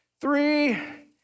three